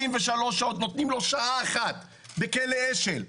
נותנים לו שעה אחת, בכלא אשל.